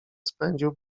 spędził